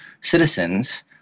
citizens